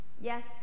Yes